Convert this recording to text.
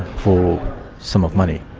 for a sum of money.